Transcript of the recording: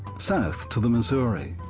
south to the missouri,